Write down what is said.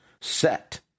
set